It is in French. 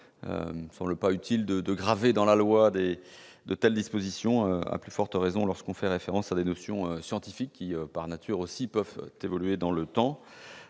Il ne paraît pas utile de graver dans la loi de telles dispositions, à plus forte raison lorsqu'il est fait référence à des notions scientifiques, qui, par nature, peuvent évoluer dans le temps.